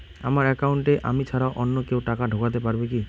আমার একাউন্টে আমি ছাড়া অন্য কেউ টাকা ঢোকাতে পারবে কি?